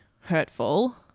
hurtful